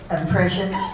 impressions